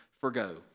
forgo